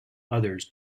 others